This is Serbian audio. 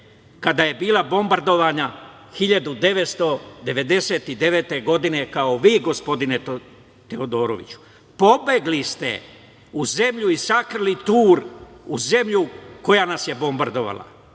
kada je bila bombardovana 1999 godine, kao vi, gospodine Teodoroviću. Pobegli ste i sakrili tur u zemlju koja nas je bombardovala.